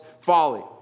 folly